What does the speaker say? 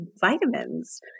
vitamins